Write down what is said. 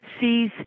sees